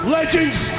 Legends